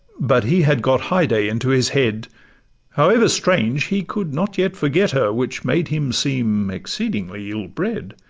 but he had got haidee into his head however strange, he could not yet forget her, which made him seem exceedingly ill-bred.